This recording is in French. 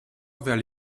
envers